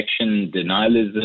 denialism